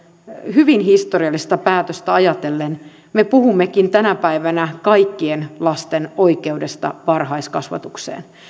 hyvin historiallista päätöstä ajatellen me puhummekin kaikkien lasten oikeudesta varhaiskasvatukseen